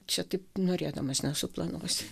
čia taip norėdamas nesuplanuosi